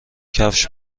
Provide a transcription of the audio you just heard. کفش